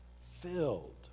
filled